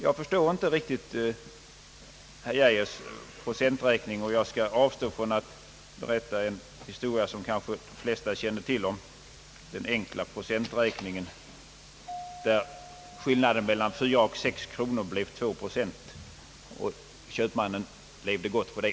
Jag förstår inte riktigt herr Geijers procenträkning, och jag skall avstå från att berätta en historia, som kanske de flesta känner till, om den enkla procenträkningen där skillnaden mellan 4 och 6 kronor blir 2 procent och köpmannen levde gott på det.